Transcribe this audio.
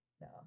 No